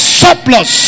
surplus